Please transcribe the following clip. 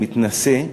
מתנשא,